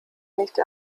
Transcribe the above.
nicht